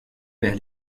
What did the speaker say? vers